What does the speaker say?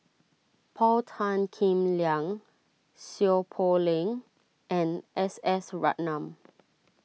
Paul Tan Kim Liang Seow Poh Leng and S S Ratnam